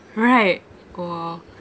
right !wah!